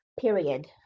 period